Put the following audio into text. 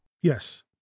Yes